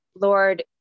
Lord